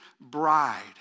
bride